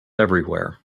everywhere